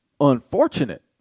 unfortunate